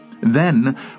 Then